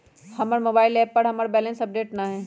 हमर mobile app पर हमर बैलेंस अपडेट न हई